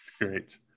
Great